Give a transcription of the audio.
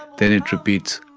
then it repeats,